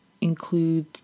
include